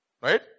right